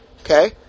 okay